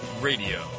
Radio